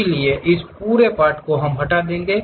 इसलिए इस पूरे पार्ट को हम हटा देंगे